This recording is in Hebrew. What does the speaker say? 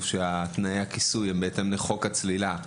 שתנאי הכיסוי הם בהתאם לחוק הצלילה,